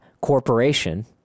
corporation